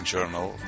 Journal